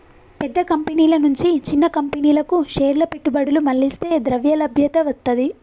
పెద్ద కంపెనీల నుంచి చిన్న కంపెనీలకు షేర్ల పెట్టుబడులు మళ్లిస్తే ద్రవ్యలభ్యత వత్తది